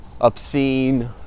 obscene